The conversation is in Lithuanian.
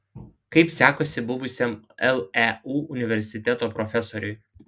kaip sekasi buvusiam leu universiteto profesoriui